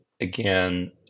again